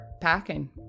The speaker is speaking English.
packing